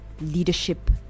leadership